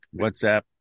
WhatsApp